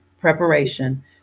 preparation